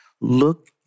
look